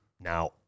Now